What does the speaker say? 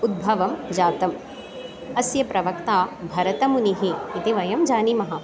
उद्भवं जातम् अस्य प्रवक्ता भरतमुनिः इति वयं जानीमः